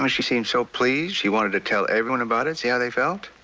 um she seemed so pleased. she wanted to tell everyone about it. see how they felt.